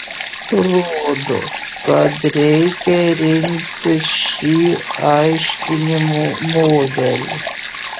rodo kad reikia rinktis šį aiškinimo modelį